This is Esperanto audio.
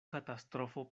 katastrofo